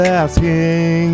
asking